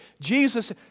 Jesus